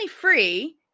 free